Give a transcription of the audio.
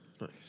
Nice